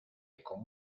con